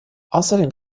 außerdem